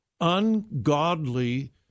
ungodly